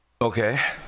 Okay